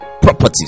properties